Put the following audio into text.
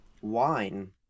wine